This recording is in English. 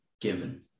given